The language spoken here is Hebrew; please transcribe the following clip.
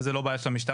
וזו לא בעיה של המשטרה,